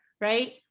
right